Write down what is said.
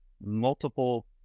multiple